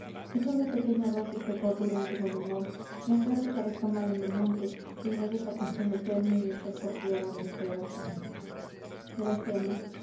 una pequeña dósis de cordura en tu buen humor no sea que parezca mal en belmonte y vayas á comprometerme y á echar por tierra mi esperanza